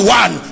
one